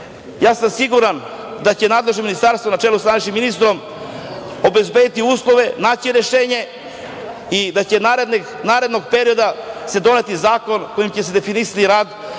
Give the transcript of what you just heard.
sam da će nadležno ministarstvo, na čelu sa nadležnim ministrom, obezbediti uslove, naći rešenje i da će se narednog perioda doneti zakon kojim će se definisati rad